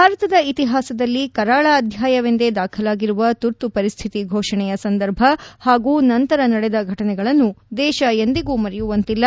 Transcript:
ಭಾರತದ ಇತಿಹಾಸದಲ್ಲಿ ಕರಾಳ ಅಧ್ಯಾಯವೆಂದೇ ದಾಖಲಾಗಿರುವ ತುರ್ತು ಪರಿಸ್ಥಿತಿ ಫೋಷಣೆಯ ಸಂದರ್ಭ ಹಾಗೂ ನಂತರ ನಡೆದ ಘಟನೆಗಳನ್ನು ದೇಶ ಎಂದಿಗೂ ಮರೆಯುವಂತಿಲ್ಲ